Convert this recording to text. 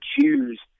choose